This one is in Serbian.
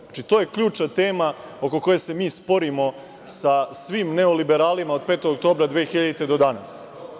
Znači, to je ključna tema oko koje se mi sporimo sa svim neoliberalima od 5. oktobra 2000. godine do danas.